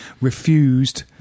refused